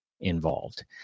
involved